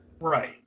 right